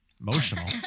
emotional